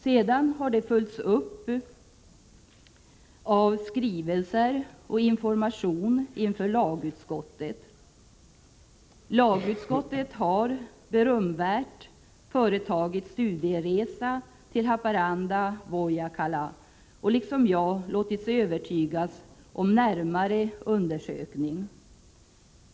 Sedan har detta följts upp av skrivelser och information inför lagutskottet. Lagutskottet har — berömvärt — företagit en studieresa till Haparanda-Vojakkala och liksom jag låtit sig övertygas om behovet av en närmare undersökning.